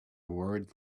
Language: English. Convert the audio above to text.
worried